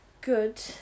good